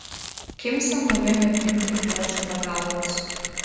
kimsa norėjo nepriimti kvošio pagalbos